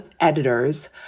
editors